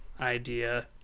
idea